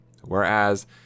Whereas